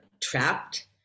trapped